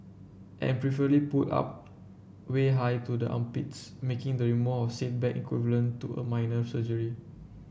and preferably pulled up way high to the armpits making the removal of said bag equivalent to a minor surgery